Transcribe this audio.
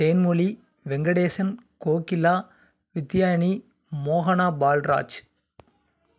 தேன்மொழி வெங்கடேசன் கோகிலா வித்தியானி மோகனா பால்ராஜ்